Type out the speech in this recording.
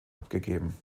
abgegeben